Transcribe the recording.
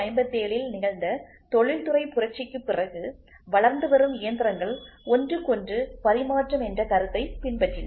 1857 இல் நிகழ்ந்த தொழில்துறை புரட்சிக்குப் பிறகு வளர்ந்து வரும் இயந்திரங்கள் ஒன்றுக்கொன்று பரிமாற்றம் என்ற கருத்தைப் பின்பற்றின